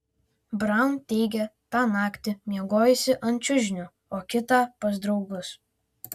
braun teigia tą naktį miegojusi ant čiužinio o kitą pas draugus